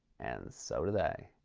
and so do they.